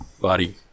body